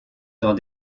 dans